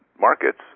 markets